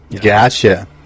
Gotcha